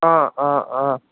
অঁ অঁ অঁ